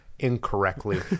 Incorrectly